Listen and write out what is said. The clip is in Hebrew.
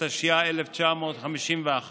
התשי"א 1951,